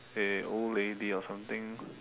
a old lady or something